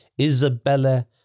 Isabella